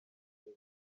neza